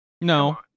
No